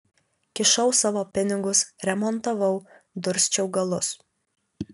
kišau savo pinigus remontavau dursčiau galus